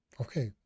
Okay